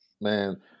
man